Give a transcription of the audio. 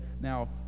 now